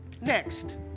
next